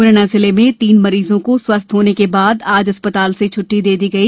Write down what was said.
मुरैना जिले में तीन मरीजों को स्वस्थ होने के बाद आज अस्पताल से छुट्टी दे दी गई